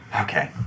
Okay